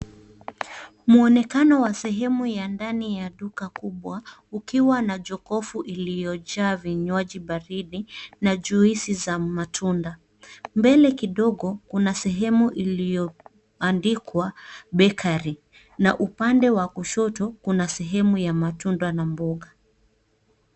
Muonekano wa sehemu ya ndani ya duka kubwa, ukiwa na jokofu iliyojaa vinywaji baridi na juisi za matunda. Mbele kidogo, kuna sehemu iliyoandikwa bakery na upande wa kushoto, kuna sehemu ya matunda na mboga.